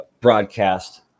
broadcast